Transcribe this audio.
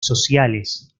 sociales